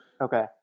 Okay